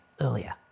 earlier